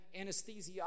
anesthesiologist